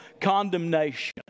condemnation